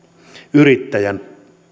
yrittäjän